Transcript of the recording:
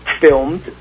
filmed